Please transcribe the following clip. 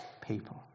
people